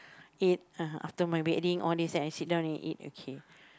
eat uh after my bedding all this then I sit down and eat okay